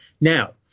Now